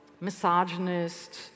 misogynist